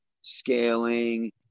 scaling